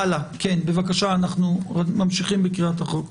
ממשיכים בקריאה.